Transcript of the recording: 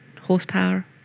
horsepower